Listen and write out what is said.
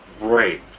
Right